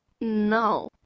No